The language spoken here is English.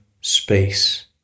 space